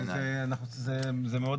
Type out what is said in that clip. זה מאוד